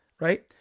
right